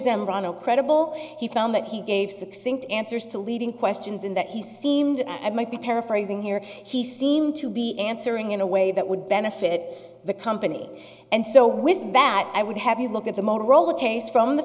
zambrano credible he found that he gave succinct answers to leading questions in that he seemed i might be paraphrase here he seemed to be answering in a way that would benefit the company and so with that i would have a look at the motorola case from the